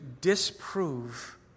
disprove